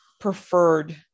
preferred